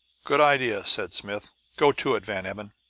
good idea, said smith. go to it, van emmon.